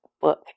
book